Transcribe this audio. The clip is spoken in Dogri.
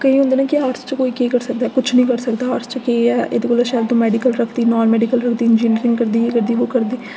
केईं होंदे न कि आर्टस च कोई केह् करी सकदा ऐ किश निं करी सकदा ऐ आर्ट्स केह् ऐ एह्दे कोला शैल तू मैडिकल रखदी नॉन मैडिकल रखदी एह्दे कोला तूं इंजीनियरिंग करदी ये करदी वो करदी